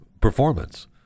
performance